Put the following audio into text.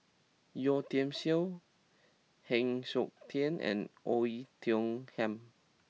Yeo Tiam Siew Heng Siok Tian and Oei Tiong Ham